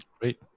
great